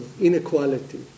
inequality